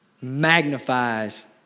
magnifies